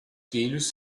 filhos